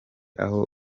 aho